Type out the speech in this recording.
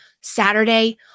Saturday